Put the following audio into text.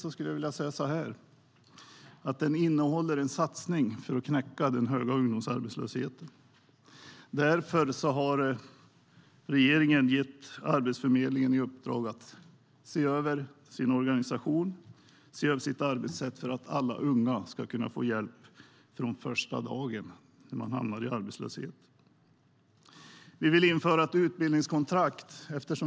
I korthet kan jag säga att den innehåller en satsning för att knäcka den höga ungdomsarbetslösheten. Därför har regeringen gett Arbetsförmedlingen i uppdrag att se över sin organisation och sitt arbetssätt för att alla unga ska kunna få hjälp från första dagen när de hamnar i arbetslöshet. Vi vill införa ett utbildningskontrakt.